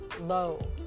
low